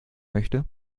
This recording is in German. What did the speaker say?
möchte